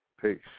Peace